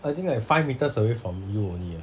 I think like five metres away from you only eh